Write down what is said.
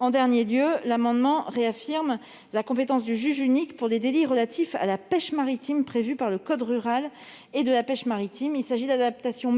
troisièmement, en réaffirmant la compétence du juge unique pour les délits relatifs à la pêche maritime prévus par le code rural et de la pêche maritime. Il s'agit d'adaptations